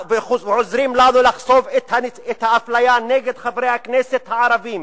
ועוזרים לנו לחשוף את האפליה נגד חברי הכנסת הערבים.